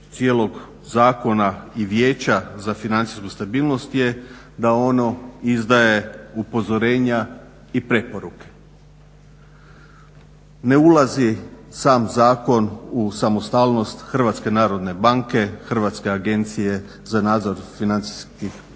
cijelog zakona i Vijeća za financijsku stabilnost je da ono izdaje upozorenja i preporuke. Ne ulazi sam zakon u samostalnost HNB-a, Hrvatske agencije za nadzor financijskih